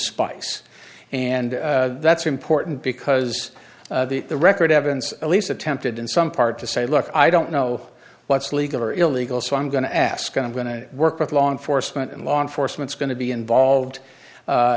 spice and that's important because the record evidence at least attempted in some part to say look i don't know what's legal or illegal so i'm going to ask i'm going to work with law enforcement and law enforcement is going to be involved